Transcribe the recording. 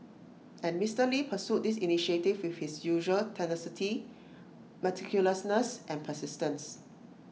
and Mister lee pursued this initiative with his usual tenacity meticulousness and persistence